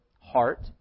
heart